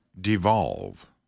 devolve